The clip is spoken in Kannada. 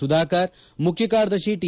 ಸುಧಾಕರ್ ಮುಖ್ಯ ಕಾರ್ಯದರ್ಶಿ ಟಿ